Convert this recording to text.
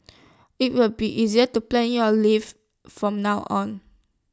IT will be easier to plan your leave from now on